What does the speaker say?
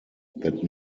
that